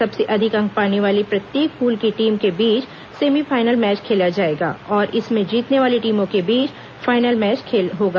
सबसे अधिक अंक पाने वाली प्रत्येक पूल की टीम के बीच सेमीफाइनल मैच खेला जाएगा और इसमें जीतने वाली टीमों के बीच फाइनल मैच होगा